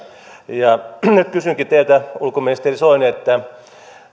ja nyt kysynkin teiltä ulkoministeri soini